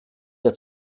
der